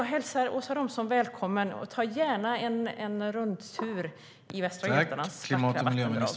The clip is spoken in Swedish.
Jag hälsar Åsa Romson välkommen att göra en rundtur bland Västra Götalands vackra vattendrag.